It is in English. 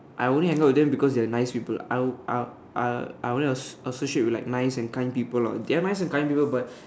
I only hang out with them because they are nice people I I I I only associate with nice and kind people they are nice and kind people but